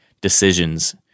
decisions